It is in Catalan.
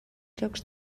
jocs